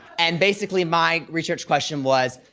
and basically my research question was,